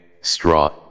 straw